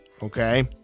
Okay